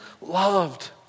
loved